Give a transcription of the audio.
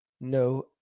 no